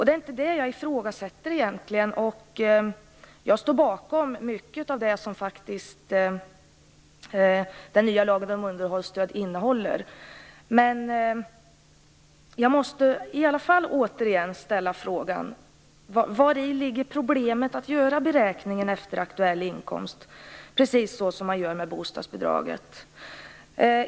Det är inte det jag ifrågasätter egentligen, utan jag står bakom mycket av det som den nya lagen om underhållsstöd innehåller. Men jag måste ändå återigen ställa frågan: Vari ligger problemet att göra beräkningen efter aktuell inkomst, såsom man gör med bostadsbidraget?